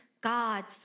God's